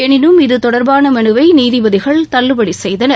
எளினும் இது தொடர்பான மனுவை நீதிபதிகள் தள்ளுபடி செய்தனர்